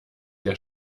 der